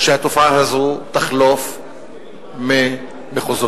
התופעה הזאת תחלוף ממחוזותינו.